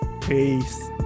Peace